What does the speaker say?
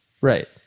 right